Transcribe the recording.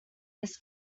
this